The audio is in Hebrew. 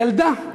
ילדה,